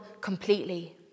completely